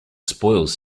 spoils